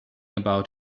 about